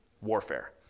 warfare